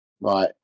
right